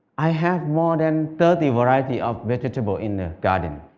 i have more than thirty varieties of vegetables in the garden.